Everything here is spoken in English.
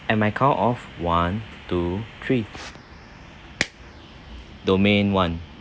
and my count of one two three domain one